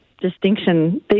Distinction